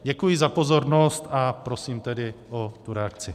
Děkuji za pozornost a prosím o tu reakci.